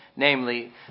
Namely